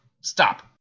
Stop